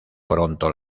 pronto